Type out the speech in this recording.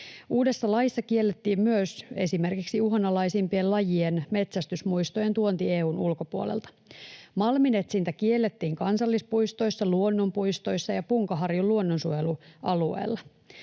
Uudessa laissa kiellettiin myös esimerkiksi uhanalaisimpien lajien metsästysmuistojen tuonti EU:n ulkopuolelta. Malminetsintä kiellettiin kansallispuistoissa, luonnonpuistoissa ja Punkaharjun luonnonsuojelualueella.